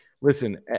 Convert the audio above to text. Listen